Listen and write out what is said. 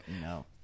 No